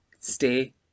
stay